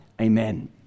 amen